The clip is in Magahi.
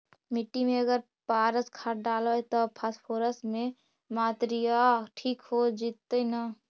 मिट्टी में अगर पारस खाद डालबै त फास्फोरस के माऋआ ठिक हो जितै न?